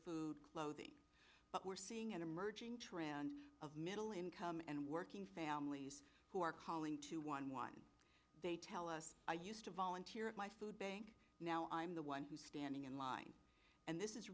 food clothing but we're seeing an emerging trend of middle income and working families who are calling two one one they tell us i used to volunteer at my food bank now i'm the one who stand in line and this is